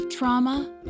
Trauma